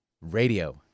Radio